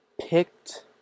picked